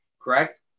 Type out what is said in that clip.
correct